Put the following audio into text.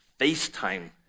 FaceTime